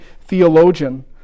theologian